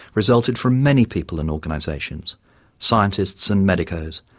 resulted from many people and organizations scientists and medicos,